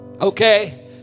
Okay